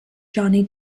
johnny